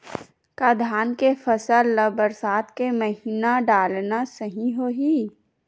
का धान के फसल ल बरसात के महिना डालना सही होही?